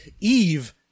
Eve